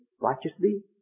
righteously